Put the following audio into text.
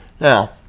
Now